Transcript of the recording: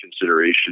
consideration